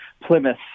plymouth